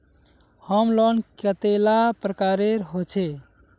Home loan कतेला प्रकारेर होचे?